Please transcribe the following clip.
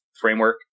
framework